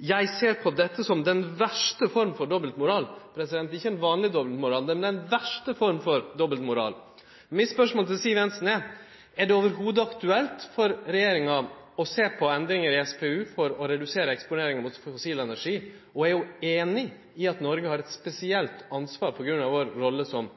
Eg ser på dette som den verste form for dobbeltmoral – ikkje ein vanleg dobbeltmoral, men den verste form for dobbeltmoral. Mitt spørsmål til Siv Jensen er: Er det i det heile aktuelt for regjeringa å sjå på endringar i SPU for å redusere eksponeringa mot fossil energi? Og er ho einig i at Noreg har eit spesielt ansvar på grunn av vår rolle som